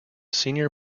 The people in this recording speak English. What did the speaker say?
senior